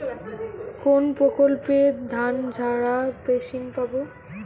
কোনপ্রকল্পে ধানঝাড়া মেশিন পাব?